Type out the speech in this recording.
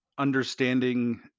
understanding